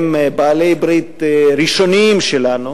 הם בעלי ברית ראשוניים שלנו,